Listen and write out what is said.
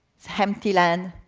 it's empty land,